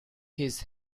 his